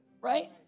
right